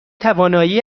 توانایی